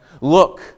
Look